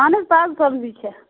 اَہَن حظ تازٕ سبزی چھےٚ